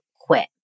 quit